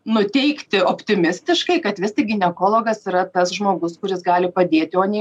nuteikti optimistiškai kad vis tik ginekologas yra tas žmogus kuris gali padėti o ne